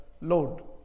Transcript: load